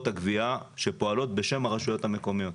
הגבייה שפועלות בשם הרשויות המקומיות.